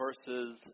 versus